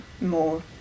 more